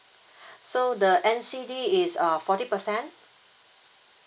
so the N_C_D is err forty percent